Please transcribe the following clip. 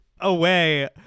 away